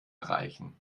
erreichen